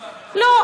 לא,